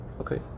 okay